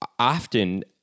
Often